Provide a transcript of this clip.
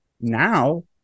now